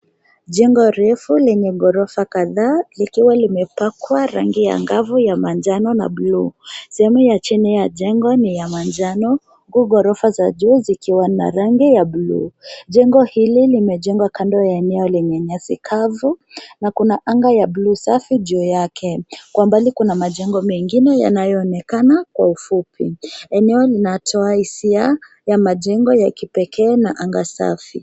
Jengo refu yenye ghorofa kadhaa ikiwa limepakwa rangi ya angavu ya manjano na bluu. Sehemu ya chini ya jengo ni ya manjano, huku ghorofa za juu zikiwa na rangi ya bluu. Jengo hili limejengwa kando ya eneo lenye nyasi kavu, na kuna anga ya bluu safi juu yake. Kwa mbali kuna majengo mengine yanayoonekana kwa ufupi. Eneo linatoa hisia, ya majengo ya kipekee na anga safi.